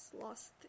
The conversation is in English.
lost